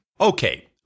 Okay